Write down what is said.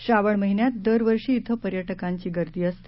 श्रावण महिन्यात दर वर्षी शि पर्यटकांची गर्दी असते